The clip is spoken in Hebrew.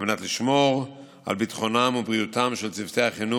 כדי לשמור על ביטחונם ובריאותם של צוותי החינוך,